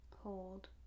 Hold